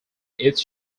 its